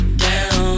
down